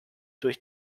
durch